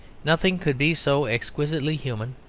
nothing could be so exquisitely human,